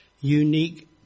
unique